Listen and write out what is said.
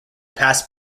pass